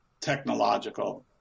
technological